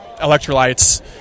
electrolytes